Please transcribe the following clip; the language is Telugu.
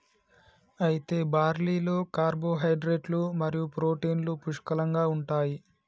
అయితే బార్లీలో కార్పోహైడ్రేట్లు మరియు ప్రోటీన్లు పుష్కలంగా ఉంటాయి